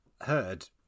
heard